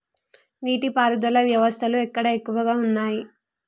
నీటి పారుదల వ్యవస్థలు ఎక్కడ ఎక్కువగా ఉన్నాయి?